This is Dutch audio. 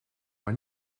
maar